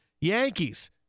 Yankees